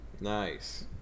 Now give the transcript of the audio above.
Nice